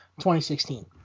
2016